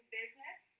business